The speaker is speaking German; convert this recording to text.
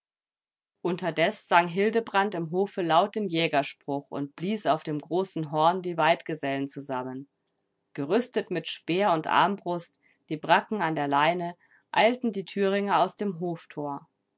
unterdes sang hildebrand im hofe laut den jägerspruch und blies auf dem großen horn die weidgesellen zusammen gerüstet mit speer und armbrust die bracken an der leine eilten die thüringe aus dem hoftor